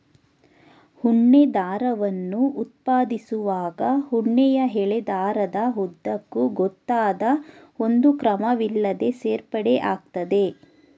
ಉಣ್ಣೆ ದಾರವನ್ನು ಉತ್ಪಾದಿಸುವಾಗ ಉಣ್ಣೆಯ ಎಳೆ ದಾರದ ಉದ್ದಕ್ಕೂ ಗೊತ್ತಾದ ಒಂದು ಕ್ರಮವಿಲ್ಲದೇ ಸೇರ್ಪಡೆ ಆಗ್ತದೆ